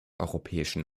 europäischen